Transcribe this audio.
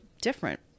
different